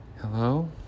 Hello